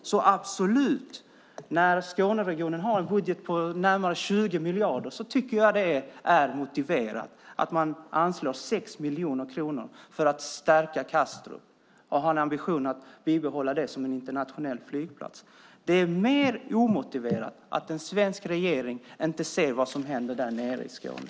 När Skåneregionen har en budget på närmare 20 miljarder tycker jag absolut att det är motiverat att man anslår 6 miljoner kronor för att stärka Kastrup och har ambitionen att bibehålla den som internationell flygplats. Det är mer omotiverat att en svensk regering inte ser vad som händer därnere i Skåne.